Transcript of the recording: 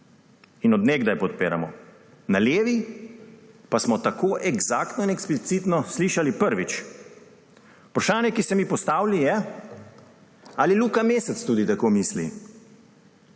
to od nekdaj podpiramo, na levi pa smo tako eksaktno in eksplicitno slišali prvič. Vprašanje, ki se mi postavlja, je, ali Luka Mesec tudi tako misli.